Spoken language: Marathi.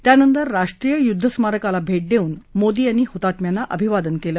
त्यानंतर राष्ट्रीय युद्धस्मारकाला भेट देऊन मोदी यांनी हुतात्म्यांना अभिवादन केलं